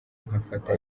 gufata